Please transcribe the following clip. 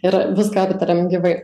ir viską aptariam gyvai